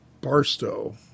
Barstow